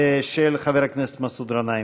של חבר הכנסת מסעוד גנאים.